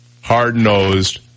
hard-nosed